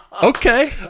Okay